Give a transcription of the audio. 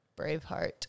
Braveheart